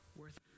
worth